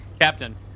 Captain